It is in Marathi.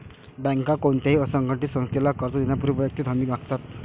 बँका कोणत्याही असंघटित संस्थेला कर्ज देण्यापूर्वी वैयक्तिक हमी मागतात